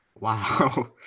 Wow